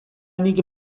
nik